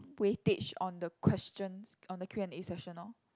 weightage on the questions on the Q and A session lor